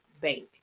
bank